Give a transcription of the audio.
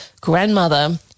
grandmother